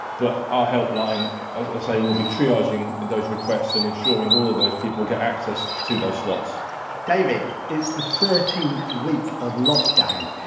but our helpline as as i say, we'll be triaging those requests and ensuring all of those people get access to those slots david, it's the thirteenth week of lockdown.